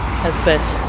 headspace